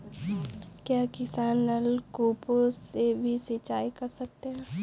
क्या किसान नल कूपों से भी सिंचाई कर सकते हैं?